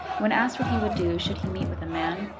when asked what he would do should he meet with a man,